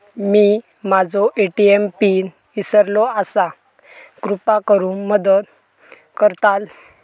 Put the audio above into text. मी माझो ATM PIN इसरलो आसा कृपा करुन मदत करताल